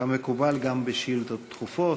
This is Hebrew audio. כמקובל גם בשאילתות דחופות.